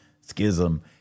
schism